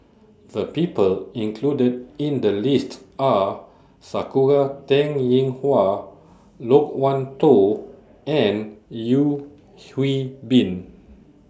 The People included in The list Are Sakura Teng Ying Hua Loke Wan Tho and Yeo Hwee Bin